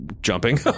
jumping